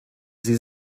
sie